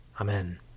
Amen